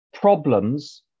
problems